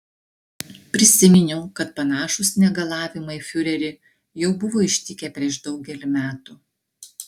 prisiminiau kad panašūs negalavimai fiurerį jau buvo ištikę prieš daugelį metų